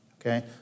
Okay